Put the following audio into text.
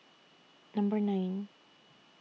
Number nine